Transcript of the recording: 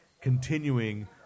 continuing